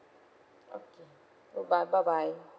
okay bye bye bye bye